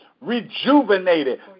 rejuvenated